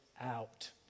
out